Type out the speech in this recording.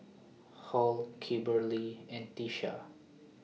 Hall Kimberley and Tisha